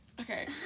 Okay